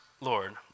Lord